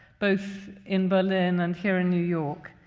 both in berlin and here in new york,